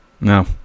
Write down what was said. No